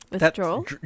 Withdrawal